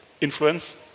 influence